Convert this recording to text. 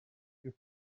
you